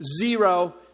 zero